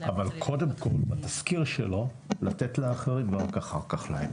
--- אבל קודם כול בתזכיר שלו לתת לאחרים ורק אחר כך להם.